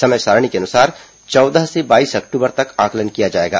समय सारिणी के अनुसार चौदह से बाईस अक्टूबर तक आंकलन किया जाएगा